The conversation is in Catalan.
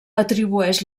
atribueix